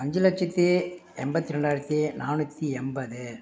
அஞ்சு லட்சத்தி எண்பத்தி ரெண்டாயிரத்தி நாநூற்றி எண்பது